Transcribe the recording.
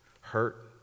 hurt